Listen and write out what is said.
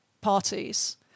parties